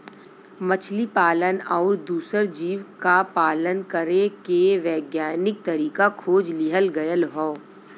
मछली पालन आउर दूसर जीव क पालन करे के वैज्ञानिक तरीका खोज लिहल गयल हौ